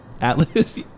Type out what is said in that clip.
atlas